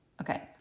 Okay